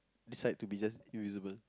decide to be just invisible